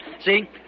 see